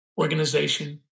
organization